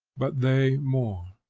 but they more.